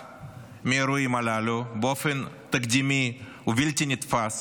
באופן תקדימי ובלתי נתפס